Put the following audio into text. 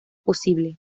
posible